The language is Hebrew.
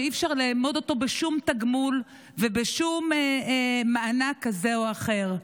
שאי-אפשר לאמוד אותו בשום תגמול ובשום מענק כזה או אחר.